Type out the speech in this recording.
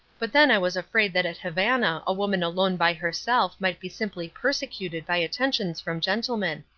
but then i was afraid that at havana a woman alone by herself might be simply persecuted by attentions from gentlemen.